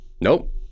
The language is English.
Nope